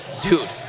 dude